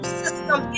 system